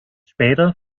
später